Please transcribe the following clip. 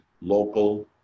local